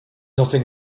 nothing